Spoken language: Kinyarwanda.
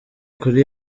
kuri